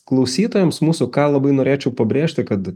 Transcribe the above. klausytojams mūsų ką labai norėčiau pabrėžti kad